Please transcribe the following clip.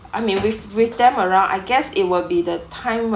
I mean with with them around I guess it would be the time where